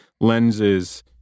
lenses